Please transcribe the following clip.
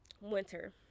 winter